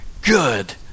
good